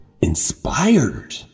inspired